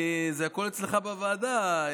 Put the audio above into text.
זה הכול אצלך בוועדה,